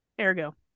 ergo